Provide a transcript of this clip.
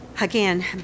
again